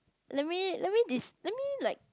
let me let me de~ let me like